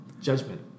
Judgment